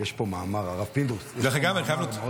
יש פה מאמר, הרב פינדרוס, מאוד יפה.